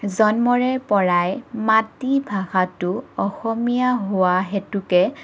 জন্মৰে পৰাই মাতৃভাষাটো অসমীয়া হোৱা হেতুকে